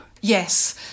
Yes